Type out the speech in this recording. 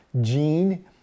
gene